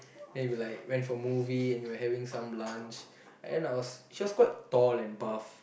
then we like went for movie and we were having some lunch and I was she was quite tall and buff